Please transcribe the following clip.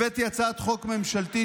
הבאתי הצעת חוק ממשלתית,